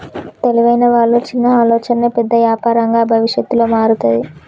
తెలివైన వాళ్ళ చిన్న ఆలోచనే పెద్ద యాపారంగా భవిష్యత్తులో మారతాది